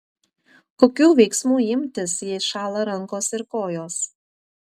kokių veiksmų imtis jei šąla rankos ir kojos